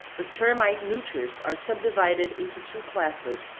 the termite neuters are subdivided into two classes,